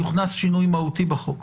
יוכנס שינוי מהותי בחוק.